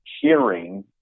hearing